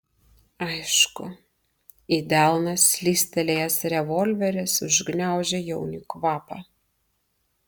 aišku į delną slystelėjęs revolveris užgniaužė jauniui kvapą